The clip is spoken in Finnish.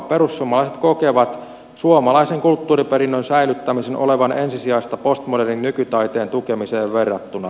perussuomalaiset kokevat suomalaisen kulttuuriperinnön säilyttämisen olevan ensisijaista postmodernin nykytaiteen tukemiseen verrattuna